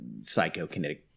psychokinetic